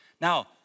Now